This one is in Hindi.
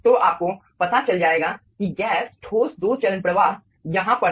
तो आपको पता चल जाएगा कि गैस ठोस दो चरण प्रवाह यहाँ पर है